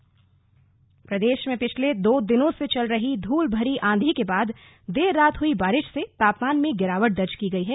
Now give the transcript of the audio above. मौसम प्रदेश में पिछले दो दिनों से चल रही धूल भरी आंधी के बाद देर रात हुई बारिश से तापमान में गिरावट दर्ज की गई है